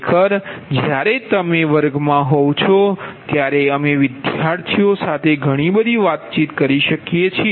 ખરેખર જ્યારે તમે વર્ગમાં હોવ છો ત્યારે અમે વિદ્યાર્થી ઓ સાથે ઘણી બધી વાતચીત કરીએ છીએ